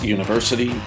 University